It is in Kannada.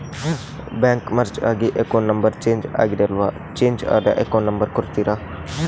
ಬ್ಯಾಂಕ್ ಮರ್ಜ್ ಆಗಿ ಅಕೌಂಟ್ ನಂಬರ್ ಚೇಂಜ್ ಆಗಿದೆ ಅಲ್ವಾ, ಚೇಂಜ್ ಆದ ಅಕೌಂಟ್ ನಂಬರ್ ಕೊಡ್ತೀರಾ?